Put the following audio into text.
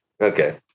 Okay